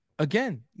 Again